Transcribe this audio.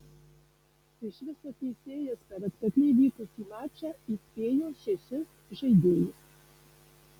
iš viso teisėjas per atkakliai vykusį mačą įspėjo šešis žaidėjus